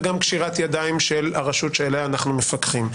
וגם קשירת ידיים של הרשות שעליה אנחנו מפקחים,